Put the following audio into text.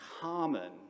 common